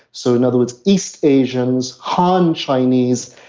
so in other words, east asians, han chinese,